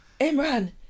Imran